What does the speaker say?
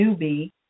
newbie